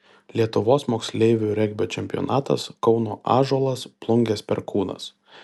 lietuvos moksleivių regbio čempionatas kauno ąžuolas plungės perkūnas